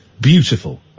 beautiful